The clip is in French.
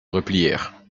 replièrent